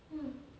mm